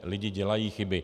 Lidi dělají chyby.